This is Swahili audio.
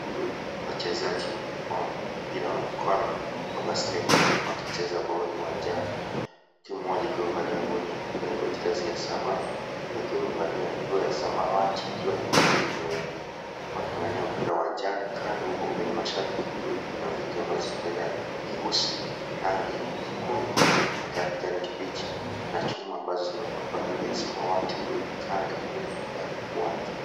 Wachezaji wa mpira wa mkono wa basketi wakicheza boli uwanjani timu moja ikiwa imevalia nguo nyeupe na mijirizi ya samawi na ingineikiwa imevalia nguo ya samawati ikiwa na mijirizi mieupe waking'ang'nia mpira uwanjani kando uko kwenye mashabiki kuna viti ambazo zinaonekana nyeusi rangi nyekundu hata ya kijani kibichi na chuma ambazo zinapakwa kwa rangi ya samawati kando ya uwanja.